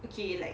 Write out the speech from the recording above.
okay like